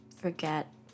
forget